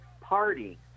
party